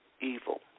evil